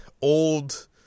old